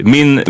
Min